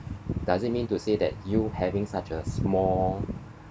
does it mean to say that you having such a small